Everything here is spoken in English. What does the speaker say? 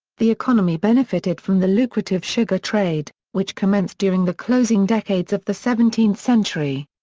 the economy benefited from the lucrative sugar trade, which commenced during the closing decades of the seventeenth century.